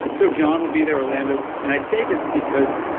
so john will be there, orlando, and i say this because